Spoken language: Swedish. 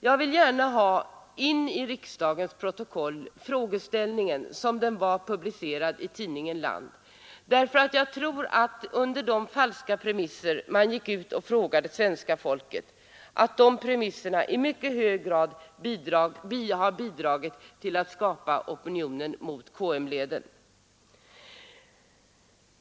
Jag vill gärna ha in i riksdagens protokoll frågeställningen som den var publicerad i tidningen Land. Jag tror nämligen att de falska premisser under vilka man gick ut och frågade svenska folket i mycket hög grad har bidragit till att skapa opinionen mot KM-leden.